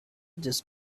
just